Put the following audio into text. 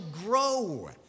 grow